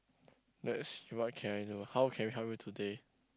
that is what can I do how can we help you today